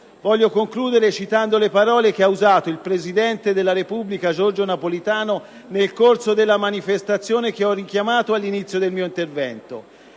Voglio concludere citando le parole usate dal presidente della Repubblica Giorgio Napolitano, nel corso della manifestazione che ho richiamato all'inizio del mio intervento: